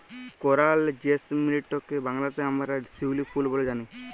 করাল জেসমিলটকে বাংলাতে আমরা শিউলি ফুল ব্যলে জানি